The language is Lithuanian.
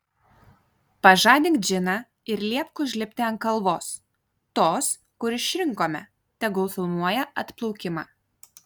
pažadink džiną ir liepk užlipti ant kalvos tos kur išrinkome tegul filmuoja atplaukimą